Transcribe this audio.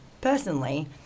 personally